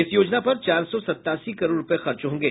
इस योजना पर चार सौ सत्तासी करोड़ रूपये खर्च होंगे